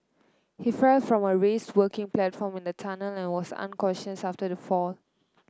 he fell from a raised working platform in the tunnel and was unconscious after the fall